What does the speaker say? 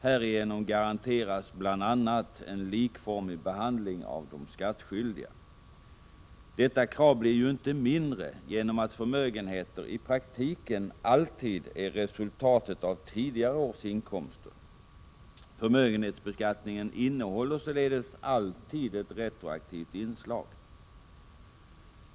Härigenom garanteras bl.a. en likformig behandling av de skattskyldiga. Detta krav blir ju inte mindre viktigt genom att förmögenheter i praktiken alltid är resultat av tidigare års inkomster. Förmögenhetsbeskattningen innehåller således alltid ett retroaktivt inslag.